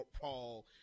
paul